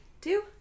two